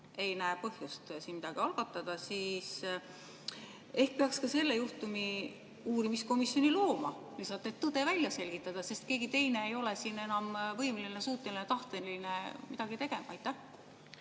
ei näe põhjust siin midagi algatada. Ehk peaks ka selle juhtumi jaoks uurimiskomisjoni looma? Lihtsalt selleks, et tõde välja selgitada, sest keegi teine ei ole siin enam võimeline, suuteline ega tahteline midagi tegema. Aitäh!